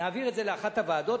נעביר את זה לאחת הוועדות,